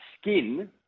skin